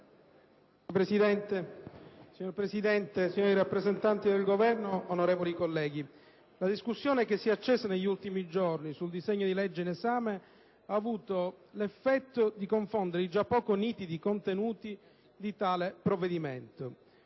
finestra") *(IdV)*. Signor Presidente, signori rappresentanti del Governo, onorevoli colleghi, la discussione che si è accesa negli ultimi giorni sul disegno di legge in esame ha avuto l'effetto di confondere i già poco nitidi contenuti di tale provvedimento.